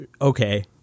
Okay